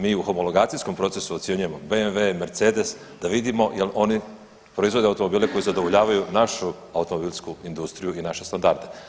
Mi u homologacijskom procesu ocjenjujemo BMW, Mercedes da vidimo jel oni proizvode automobile koji zadovoljavaju našu automobilsku industriju i naše standarde.